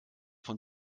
von